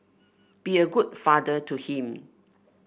be a good father to him